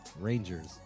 Rangers